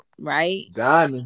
right